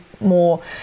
more